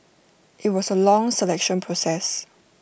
IT was A long selection process